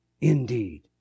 indeed